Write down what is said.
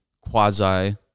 quasi